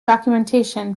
documentation